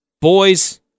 Boys